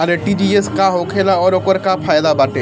RTGS का होखेला और ओकर का फाइदा बाटे?